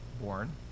born